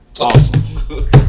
awesome